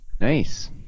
Nice